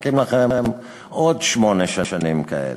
מחכות לכם עוד שמונה שנים כאלה.